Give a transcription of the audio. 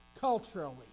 culturally